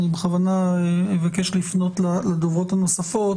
אני בכוונה אבקש לפנות לדוברות הנוספות,